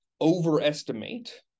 overestimate